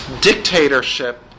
dictatorship